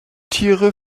tiere